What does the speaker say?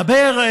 דבר.